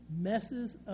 messes